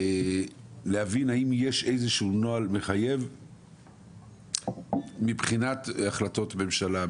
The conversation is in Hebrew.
אני רוצה להבין האם יש איזשהו נוהל מחייב מבחינת החלטות ממשלה,